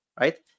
right